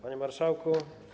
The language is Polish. Panie Marszałku!